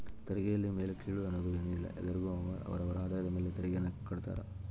ತೆರಿಗೆಯಲ್ಲಿ ಮೇಲು ಕೀಳು ಅನ್ನೋದ್ ಏನಿಲ್ಲ ಎಲ್ಲರಿಗು ಅವರ ಅವರ ಆದಾಯದ ಮೇಲೆ ತೆರಿಗೆಯನ್ನ ಕಡ್ತಾರ